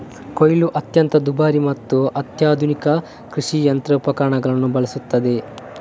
ಕೊಯ್ಲು ಅತ್ಯಂತ ದುಬಾರಿ ಮತ್ತು ಅತ್ಯಾಧುನಿಕ ಕೃಷಿ ಯಂತ್ರೋಪಕರಣಗಳನ್ನು ಬಳಸುತ್ತದೆ